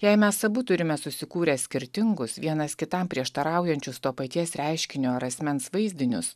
jei mes abu turime susikūrę skirtingus vienas kitam prieštaraujančius to paties reiškinio ar asmens vaizdinius